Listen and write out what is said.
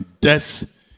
death